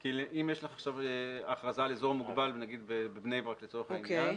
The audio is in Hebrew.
כי אם יש לך עכשיו הכרזה על אזור מוגבל בבני ברק לצורך העניין,